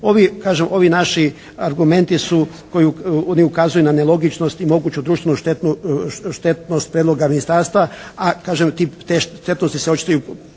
ovi naši argumenti su koji, oni ukazuju na nelogičnost i moguću društvenu štetnost prijedloga ministarstva, a kažem te štetnosti se očituju